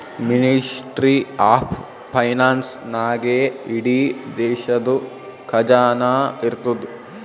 ministry of finance ನಾಗೇ ಇಡೀ ದೇಶದು ಖಜಾನಾ ಇರ್ತುದ್